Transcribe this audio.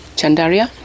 Chandaria